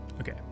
Okay